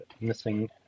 missing